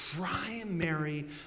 primary